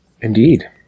Indeed